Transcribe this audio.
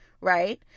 right